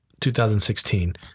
2016